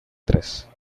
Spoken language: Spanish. tres